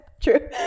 true